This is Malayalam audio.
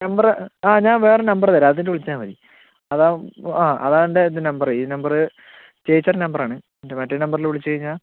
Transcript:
നമ്പറ് ആ ഞാൻ വേറെ നമ്പറ് തരാം അതില് വിളിച്ചാൽ മതി അതാകുമ്പോൾ ആ അതാണെൻ്റെ ഈ നമ്പറ് ചേച്ചീടെ നമ്പറാണ് മറ്റെ നമ്പറില് വിളിച്ച് കഴിഞ്ഞാൽ